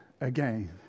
Again